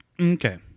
Okay